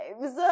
lives